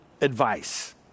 advice